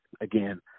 again